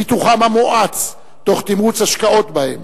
פיתוחם המואץ תוך תמרוץ השקעות בהם